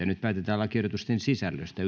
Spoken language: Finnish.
nyt päätetään lakiehdotusten sisällöstä